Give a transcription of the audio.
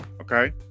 okay